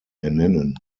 ernennen